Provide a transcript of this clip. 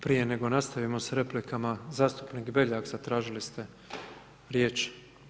Prije nego nastavimo s replikama, zastupnik Beljak, zatražili ste riječ.